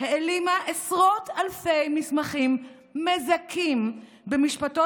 העלימה עשרות אלפי מסמכים מזכים במשפטו